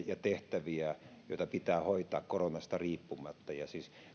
ja tehtäviä joita pitää hoitaa koronasta riippumatta